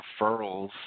referrals